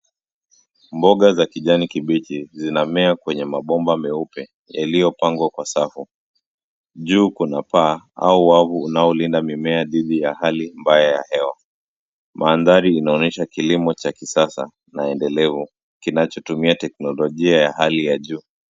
Mboga za kijani kibichi zinamea kwenye mabomba meupe yaliyopangwa kwa safu. Juu kuna paa au wavu unaolinda mimea dhidi ya hali mbaya ya hewa. Mandhari inaonyesha kilimo cha kisasa na endelevu, kinachotumia teknolojia ya hali ya juu.